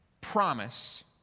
promise